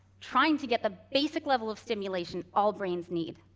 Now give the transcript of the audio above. trying to get the basic level of stimulation all brains need.